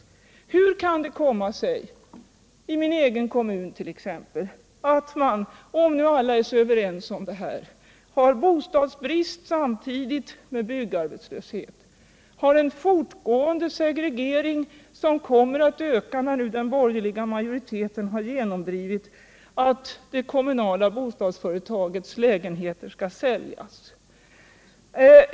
Om alla är överens, hur kan det då komma sig att man, som t.ex. i min egen kommun, har bostadsbrist samtidigt som man har byggarbetslöshet, att man har en fortgående segregering som kommer att öka nu när den borgerliga majoriteten genomdrivit att de kommunala bostadsföretagen skall börja sälja ut lägenheter?